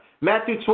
Matthew